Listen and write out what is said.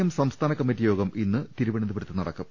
M സംസ്ഥാന committee യോഗം ഇന്ന് തിരുവനന്തപുരത്ത് നടക്കും